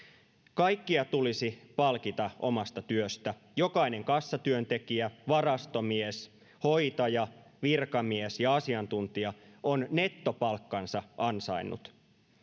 kaikkia tulisi palkita omasta työstä jokainen kassatyöntekijä varastomies hoitaja virkamies ja asiantuntija on nettopalkkansa ansainnut